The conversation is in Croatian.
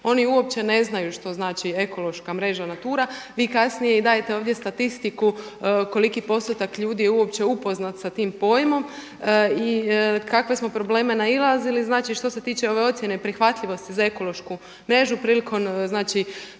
Oni uopće ne znaju što znači ekološka mreža NATURA. Vi kasnije dajete ovdje statistiku koliki postotak ljudi je uopće upoznat sa tim pojmom i na kakve smo probleme nailazili. Znači što se tiče ove ocjene prihvatljivosti za ekološku mrežu prilikom,